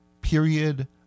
Period